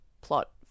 plot